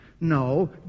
no